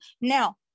Now